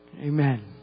Amen